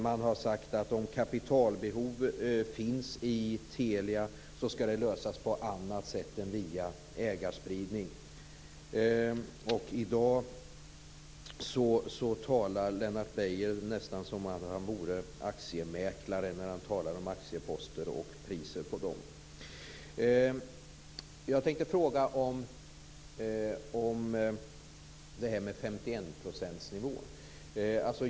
Man har sagt att behovet ska tillgodoses på annat sätt än via ägarspridning om kapitalbehov finns i Telia. I dag talar Lennart Beijer nästan som om han vore aktiemäklare när han talar om aktieposter och priser på dem. Jag tänkte fråga om 51-procentsnivån.